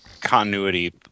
continuity